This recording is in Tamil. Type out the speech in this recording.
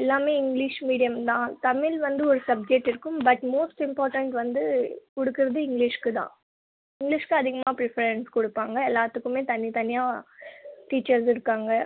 எல்லாமே இங்கிலீஷ் மீடியம் தான் தமிழ் வந்து ஒரு சப்ஜெக்ட் இருக்கும் பட் மோஸ்ட் இம்பார்டென்ஸ் வந்து கொடுக்கறது இங்கிலீஷ்க்குதான் இங்கிலீஷ்க்கு அதிகமாக ப்ரிஃப்பரன்ஸ் கொடுப்பாங்க எல்லாத்துக்குமே தனித்தனியாக டீச்சர்ஸ் இருக்காங்க